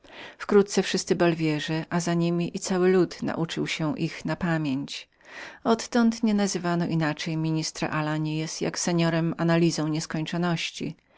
wkrótce wszyscy balwierze a za nimi i cały lud nauczył się ich na pamięć odtąd nienazywano inaczej ministra alanyeza jak seorem analizą nieskończoności